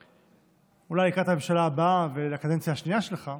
אולי לקראת הממשלה הבאה והקדנציה השנייה שלך,